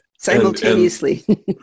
Simultaneously